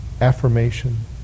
affirmation